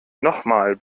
nochmal